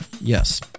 Yes